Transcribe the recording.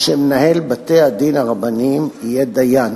שמנהל בתי-הדין הרבניים יהיה דיין,